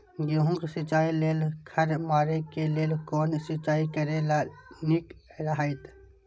गेहूँ के सिंचाई लेल खर मारे के लेल कोन सिंचाई करे ल नीक रहैत?